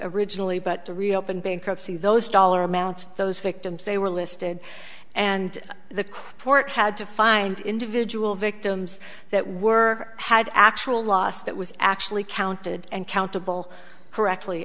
originally but to reopen bankruptcy those dollar amounts those victims they were listed and the quart had to find individual victims that were had actual loss that was actually counted and countable correctly